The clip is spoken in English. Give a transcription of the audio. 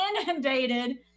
inundated